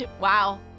Wow